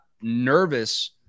nervous